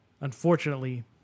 unfortunately